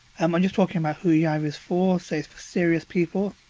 um um just talking about who yive is for, so it's for serious people.